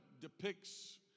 depicts